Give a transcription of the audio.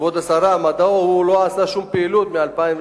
כבוד השרה, מדוע לא היתה שום פעילות מ-2002?